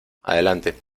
adelante